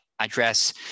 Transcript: address